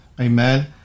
Amen